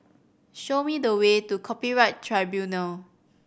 show me the way to Copyright Tribunal